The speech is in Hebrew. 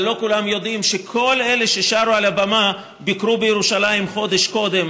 אבל לא כולם יודעים שכל אלה ששרו על הבמה ביקרו בירושלים חודש קודם,